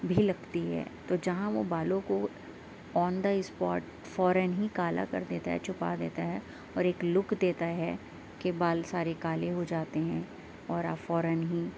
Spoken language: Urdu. بھی لگتی ہے تو جہاں وہ بالوں کو آن دا اسپوٹ فوراً ہی کالا کر دیتا ہے چھپا دیتا ہے اور ایک لک دیتا ہے کہ بال سارے کالے ہو جاتے ہیں اور آپ فوراً ہی